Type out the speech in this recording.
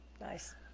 Nice